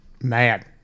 Mad